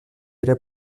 era